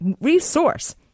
resource